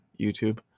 YouTube